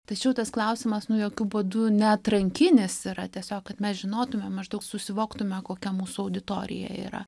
tačiau tas klausimas nu jokiu būdu ne atrankinis yra tiesiog kad mes žinotume maždaug susivoktume kokia mūsų auditorija yra